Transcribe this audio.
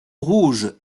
rouge